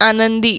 आनंदी